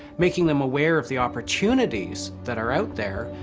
making them aware of the opportunities that are out there,